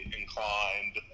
inclined